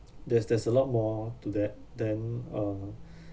there's there's a lot more to that than uh